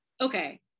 Okay